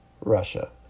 Russia